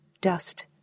dust